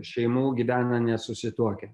šeimų gyvena nesusituokę